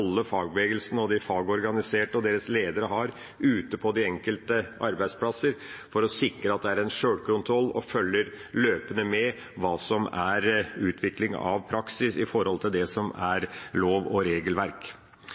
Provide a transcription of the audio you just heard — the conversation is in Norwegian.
fagbevegelsen og de fagorganiserte og deres ledere har, ute på de enkelte arbeidsplasser, for å sikre at det er en sjølkontroll. De følger løpende med på hva som er utvikling av praksis i forhold til det som er lov- og regelverk.